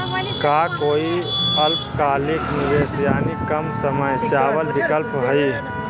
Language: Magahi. का कोई अल्पकालिक निवेश यानी कम समय चावल विकल्प हई?